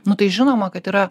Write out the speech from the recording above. nu tai žinoma kad yra